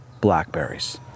blackberries